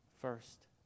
First